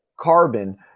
carbon